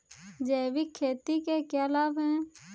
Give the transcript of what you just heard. जैविक खेती के क्या लाभ हैं?